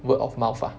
word of mouth lah